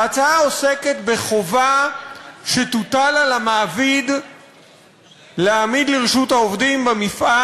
ההצעה עוסקת בחובה שתוטל על המעביד להעמיד לרשות העובדים במפעל